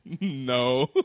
No